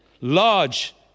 large